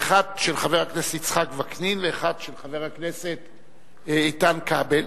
האחת של חבר הכנסת יצחק וקנין ואחת של איתן כבל.